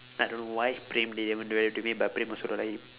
I don't know why praem didn't even do that to me but praem also don't like him